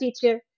teacher